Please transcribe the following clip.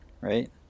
right